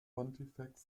pontifex